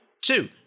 Two